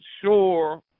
sure